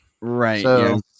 right